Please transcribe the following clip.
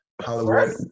Hollywood